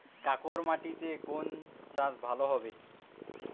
কাঁকর মাটিতে কোন চাষ ভালো হবে?